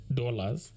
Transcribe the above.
dollars